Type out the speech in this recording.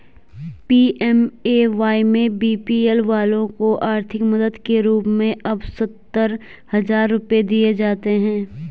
PMAY में BPL वालों को आर्थिक मदद के रूप में अब सत्तर हजार रुपये दिए जाते हैं